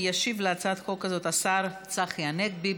ישיב להצעת החוק הזאת השר צחי הנגבי,